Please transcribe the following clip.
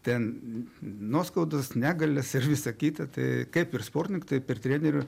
ten nuoskaudas negalias ir visa kita tai kaip ir sportininkų taip ir trenerių